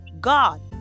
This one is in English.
God